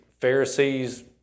Pharisees